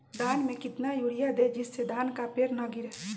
धान में कितना यूरिया दे जिससे धान का पेड़ ना गिरे?